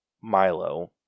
Milo